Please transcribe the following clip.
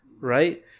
right